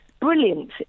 brilliant